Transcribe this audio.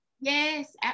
yes